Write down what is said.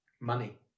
money